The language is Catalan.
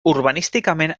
urbanísticament